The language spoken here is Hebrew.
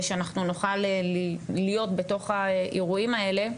שאנחנו נוכל להיות בתוך האירועים האלה,